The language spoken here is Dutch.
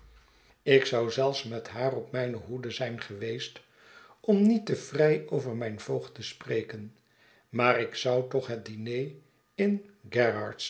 ik zou zelfs met haar op mijne hoede zijn geweest om niet te vrij over mijn voogd te spreken maar ik zou toch het diner in